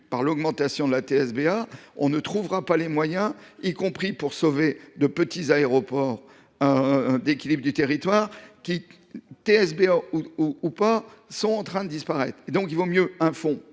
par l’augmentation de la TSBA, on ne trouvera pas les moyens nécessaires, y compris pour sauver de petits aéroports d’équilibre du territoire, qui, taxe ou pas, sont en train de disparaître. Il vaut mieux un fonds